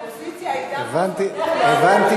הבנתי